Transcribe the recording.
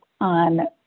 on